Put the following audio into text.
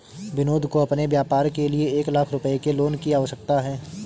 विनोद को अपने व्यापार के लिए एक लाख रूपए के लोन की आवश्यकता है